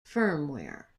firmware